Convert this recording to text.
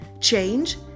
Change